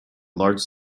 large